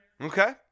Okay